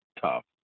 tough